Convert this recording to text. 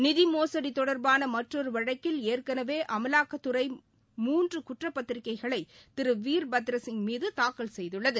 நிதி மோசுடி தொடர்பான மற்றொரு வழக்கில் ஏற்கனவே அமலாக்கத்துறை மூன்று குற்றப் பத்திரிகைகளை திரு வீர்பத்ரசிங் மீது தாக்கல் செய்துள்ளது